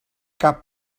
cap